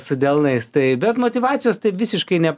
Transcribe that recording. su delnais tai bet motyvacijos tai visiškai ne